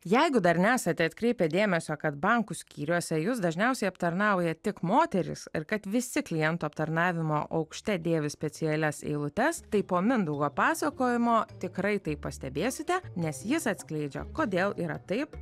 jeigu dar nesate atkreipę dėmesio kad bankų skyriuose jus dažniausiai aptarnauja tik moterys ir kad visi klientų aptarnavimo aukšte dėvi specialias eilutes tai po mindaugo pasakojimo tikrai tai pastebėsite nes jis atskleidžia kodėl yra taip